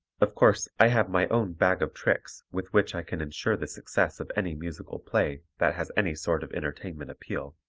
of course, i have my own bag of tricks with which i can insure the success of any musical play that has any sort of entertainment appeal,